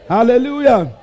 Hallelujah